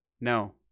no